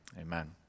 Amen